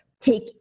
take